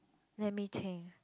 let me think